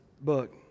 book